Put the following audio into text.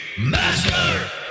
Master